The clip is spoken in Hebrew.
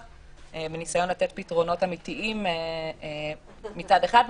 בניסיון לתת פתרונות אמיתיים מצד אחד,